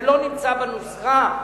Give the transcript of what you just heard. זה לא נמצא בנוסחה,